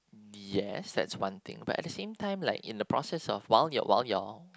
yes that's one thing but at the same time like in the process of while you're while you're